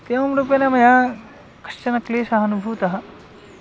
एवं रूपेण मया कश्चन क्लेशः अनुभूतः